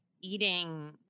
eating